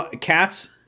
Cats